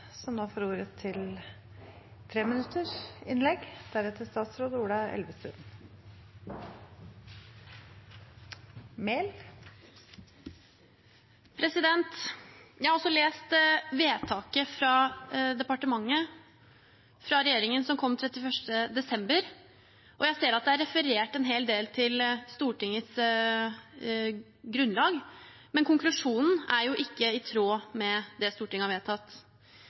som følger av Bernkonvensjonen og naturmangfoldloven. Jeg har også lest vedtaket fra regjeringen, som kom 31. desember. Jeg ser at det er referert en hel del til Stortingets grunnlag, men konklusjonen er jo ikke i tråd med det Stortinget har vedtatt.